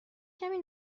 کمی